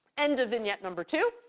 end of vignette number two.